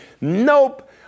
nope